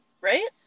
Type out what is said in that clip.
right